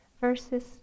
versus